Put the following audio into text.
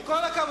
עם כל הכבוד.